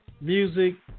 music